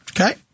Okay